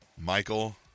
michael